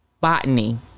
botany